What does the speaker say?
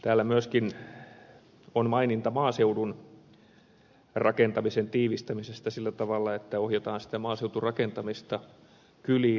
täällä on myöskin maininta maaseudun rakentamisen tiivistämisestä sillä tavalla että ohjataan maaseuturakentamista kyliin